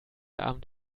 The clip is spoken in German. abend